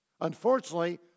Unfortunately